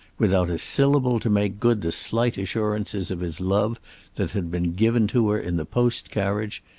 without a syllable to make good the slight assurances of his love that had been given to her in the post carriage,